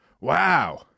Wow